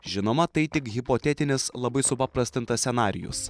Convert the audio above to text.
žinoma tai tik hipotetinis labai supaprastintas scenarijus